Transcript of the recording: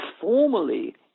formally